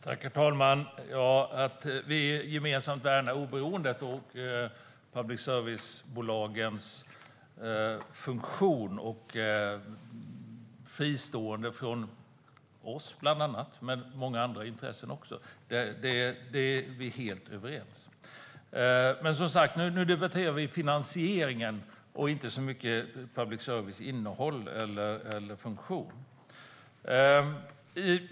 Herr talman! Att gemensamt värna oberoendet och public service-bolagens funktion och fristående från oss och många andra intressen är vi helt överens om. Men nu debatterar vi finansieringen och inte så mycket public services innehåll eller funktion.